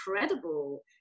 incredible